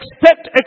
expect